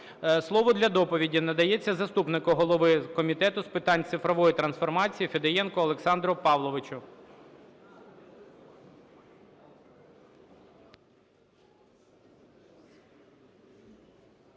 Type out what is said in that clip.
Слово для доповіді надається заступнику голови Комітету з питань цифрової трансформації Федієнку Олександру Павловичу.